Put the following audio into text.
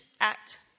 act